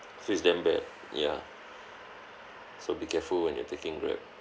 so it's damn bad ya so be careful when you're taking Grab